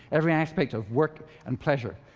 every aspect of work and pleasure,